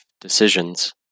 decisions